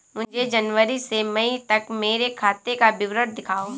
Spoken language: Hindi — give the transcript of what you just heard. मुझे जनवरी से मई तक मेरे खाते का विवरण दिखाओ?